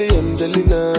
angelina